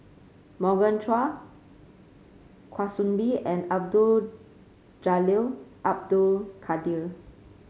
Morgan Chua Kwa Soon Bee and Abdul Jalil Abdul Kadir